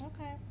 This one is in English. okay